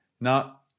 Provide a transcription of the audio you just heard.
Now